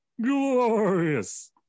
glorious